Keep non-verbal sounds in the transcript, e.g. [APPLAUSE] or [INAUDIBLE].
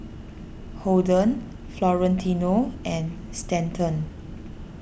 [NOISE] Holden Florentino and Stanton